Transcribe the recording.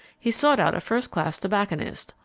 he sought out a first-class tobacconist's,